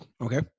Okay